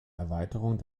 erweiterung